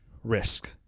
Risk